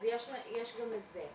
אז יש גם את זה.